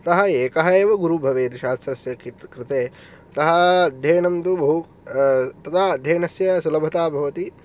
अतः एकः एव गुरुः भवेत् शास्त्रस्य् कृते अतः अध्ययनं तु बहु तदा अध्ययनस्य सुलभता भवति